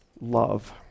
love